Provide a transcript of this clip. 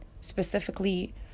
specifically